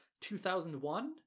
2001